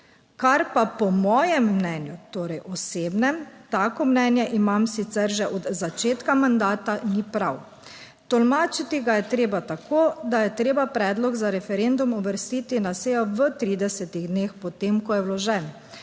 kar pa po mojem mnenju, torej osebnem, tako mnenje imam sicer že od začetka mandata, ni prav. Tolmačiti ga je treba tako, da je treba Predlog za referendum uvrstiti na sejo v 30-ih dneh po tem, ko je vložen